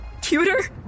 Cuter